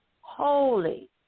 holy